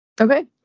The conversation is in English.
okay